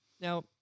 now